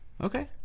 Okay